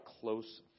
close